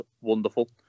wonderful